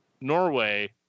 Norway